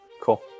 Cool